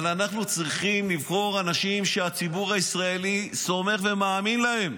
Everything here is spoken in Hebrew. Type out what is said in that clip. אבל אנחנו צריכים לבחור אנשים שהציבור הישראלי סומך עליהם ומאמין להם.